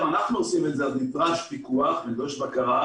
אנחנו עושים את זה נדרשים פיקוח ובקרה,